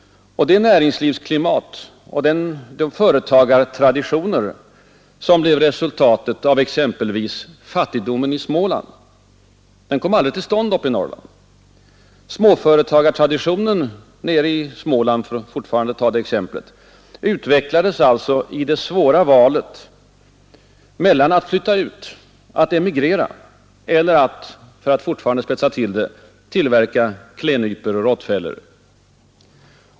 Det näringslivsklimat och de företagartraditioner som blev resultatet av exempelvis ”fattigdomen i Småland” kom aldrig till stånd uppe i Norrland. Småföretagartraditionen nere i Småland, för att fortfarande ta det exemplet, utvecklades i det svåra valet mellan att flytta ut — att emigrera — eller att, tillspetsat uttryckt, tillverka klädnypor och råttfällor.